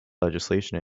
legislation